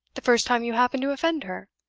the first time you happened to offend her?